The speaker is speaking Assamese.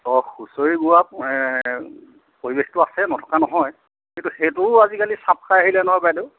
চব হুঁচৰি গোৱা পৰিৱেশটো আছে নথকা নহয় কিন্তু সেইটোও আজিকালি চাপ খাই আহিলে নহয় বাইদেউ